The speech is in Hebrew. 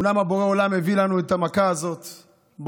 אומנם בורא העולם הביא לנו את המכה הזאת בעולם,